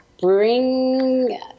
bring